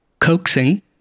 coaxing